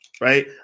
Right